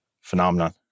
phenomenon